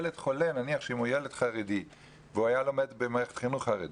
נניח הילד הוא ילד חרדי שלומד במערכת חינוך חרדית,